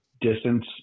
distance